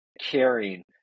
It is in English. caring